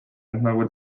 nagu